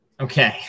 Okay